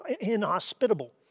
inhospitable